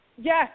yes